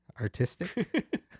Artistic